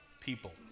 people